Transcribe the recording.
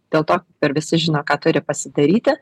dėl to ir visi žino ką turi pasidaryti